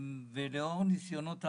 לאור ניסיונות העבר,